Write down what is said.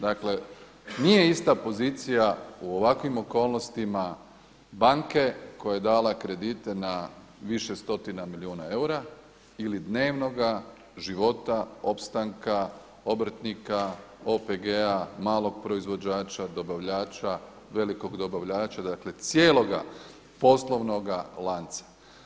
Dakle, nije ista pozicija u ovakvim okolnostima banke koja je dala kredite na više stotina milijuna eura ili dnevnoga života, opstanka, obrtnika, OPG-a, malog proizvođača, dobavljača, velikog dobavljača dakle, cijeloga poslovnoga lanca.